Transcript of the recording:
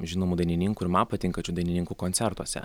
žinomų dainininkų ir man patinkančių dainininkų koncertuose